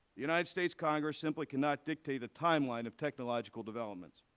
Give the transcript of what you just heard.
the united states congress simply cannot dictate a timeline of technological developments.